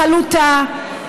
חלוטה.